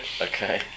Okay